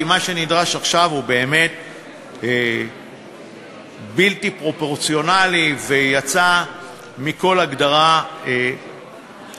כי מה שנדרש עכשיו הוא באמת בלתי פרופורציונלי ויצא מכל הגדרה נורמלית.